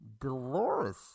Dolores